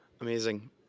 Amazing